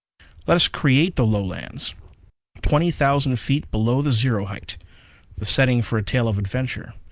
let us create the lowlands twenty thousand feet below the zero-height the setting for a tale of adventure.